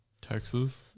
Texas